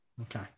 Okay